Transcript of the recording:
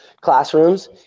classrooms